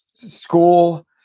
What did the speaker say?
school